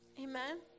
amen